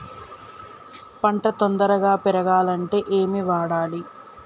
పంట తొందరగా పెరగాలంటే ఏమి వాడాలి?